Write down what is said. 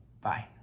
Bye